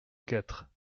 quatre